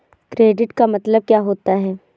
Credit का मतलब क्या होता है?